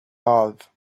valve